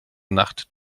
nacht